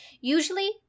usually